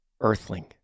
earthling